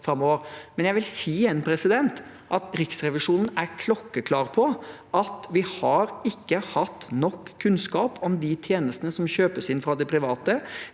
Men jeg vil igjen si at Riksrevisjonen er klokkeklar på at vi ikke har hatt nok kunnskap om de tjenestene som kjøpes inn fra de private.